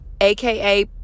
aka